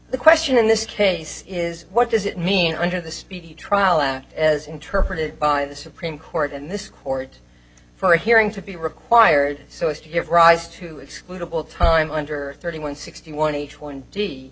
the question in this case is what does it mean under the speedy trial act as interpreted by the supreme court in this court for a hearing to be required so as to give rise to excludable time under thirty one sixty one each one d